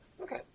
okay